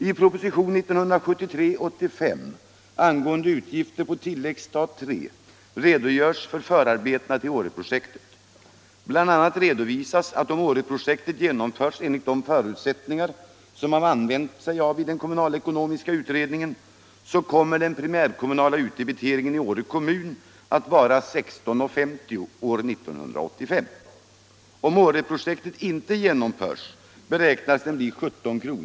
I propositionen 1973:85 angående utgifter på tilläggsstat III har redogjorts för förarbetena till Åreprojektet. Bl. a. redovisas att, om Åreprojektet genomförs enligt de förutsättningar som man använt sig av i den kommunalekonomiska utredningen, kommer den primärkommunala utdebiteringen i Åre kommun att vara 16:50 år 1985. Om Åreprojektet inte genomförs, beräknas den bli 17 kr.